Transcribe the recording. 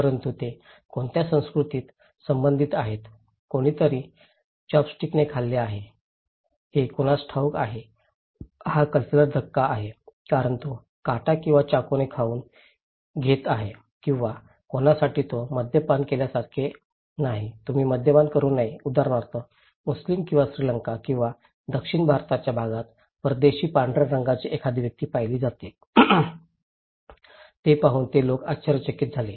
परंतु ते कोणत्या संस्कृतीत संबंधित आहेत कोणीतरी चॉपस्टिकने खाल्ले आहे हे कुणास ठिक आहे हा कॅल्चरल धक्का आहे कारण तो काटा किंवा चाकूने खाऊन घेत आहे किंवा कोणासाठी तो मद्यपान केल्यासारखे नाही तुम्ही मद्यपान करू नये उदाहरणार्थ मुस्लिम किंवा श्रीलंका किंवा दक्षिण भारताच्या भागात परदेशी पांढऱ्या रंगाची एखादी व्यक्ती पाहिली जाते हे पाहून हे लोक आश्चर्यचकित झाले